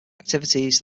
activities